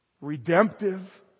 Redemptive